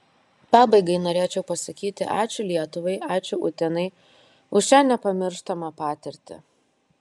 pabaigai norėčiau pasakyti ačiū lietuvai ačiū utenai už šią nepamirštamą patirtį